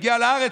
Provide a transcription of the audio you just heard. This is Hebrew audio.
היא הגיעה לארץ,